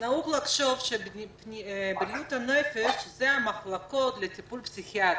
נהוג לחשוב שבריאות הנפש זה המחלקות לטיפול פסיכיאטרי,